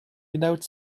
without